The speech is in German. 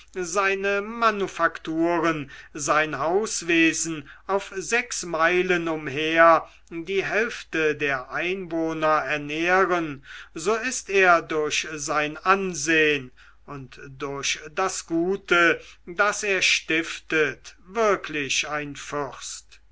seine manufakturen sein hauswesen auf sechs meilen umher die hälfte der einwohner ernähren so ist er durch sein ansehn und durch das gute das er stiftet wirklich ein